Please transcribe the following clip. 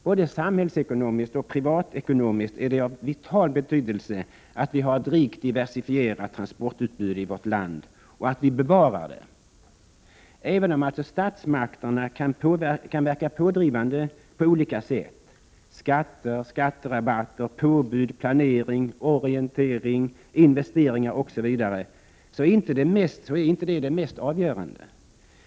Både samhällsekonomiskt och privatekonomiskt är det av vital betydelse att vi har ett rikt diversifierat transportutbud i vårt land och att vi bevarar det. Även om alltså statsmakter Prot. 1988/89:30 na kan verka pådrivande på olika sätt — skatter, skatterabatter, påbud, 23 november 1988 planering, orientering, investeringar osv. — så är inte detta det mest .- i Debatt om trafikpolitiavgörande.